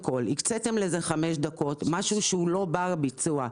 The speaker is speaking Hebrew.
הקציתם לזה חמש דקות, משהו הוא לא בר ביצוע.